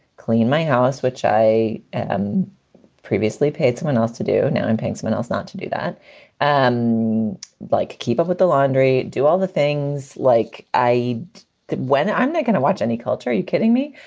clean my house, which i and previously paid someone else to do. now i'm paying someone else not to do that and um like keep up with the laundry, do all the things like i did when i'm not going to watch any culture. are you kidding me?